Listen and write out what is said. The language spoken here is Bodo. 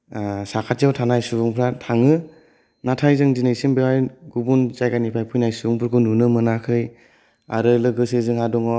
साखाथियाव थानाय सुबुंफोरा थाङो नाथाय जों दिनैसिम बेयावहाय गुबुन जायगानिफ्राय फैनाय सुबुंफोरखौ नुनो मोनाखै आरो लोगोसे जोंहा दङ